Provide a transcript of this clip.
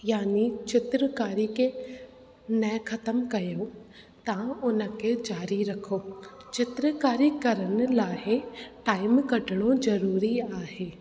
यानी चित्रकारी खे न ख़तमु कयो तव्हां उन खे जारी रखो चित्रकारी करण लाइ टाइम कढिणो ज़रूरी आहे